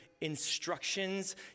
instructions